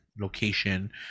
location